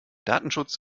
datenschutz